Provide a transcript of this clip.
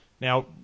Now